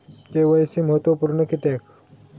KYC महत्त्वपुर्ण किद्याक?